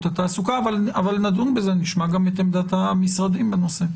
התעסוקה אבל נדון בזה ונשמע גם את עמדת המשרדים בנושא.